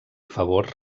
favors